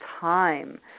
time